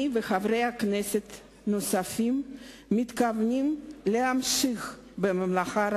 אני וחברי כנסת נוספים מתכוונים להמשיך במלאכה.